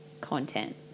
content